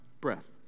breath